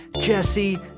Jesse